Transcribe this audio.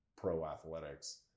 pro-athletics